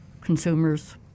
consumers